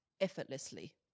effortlessly